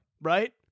right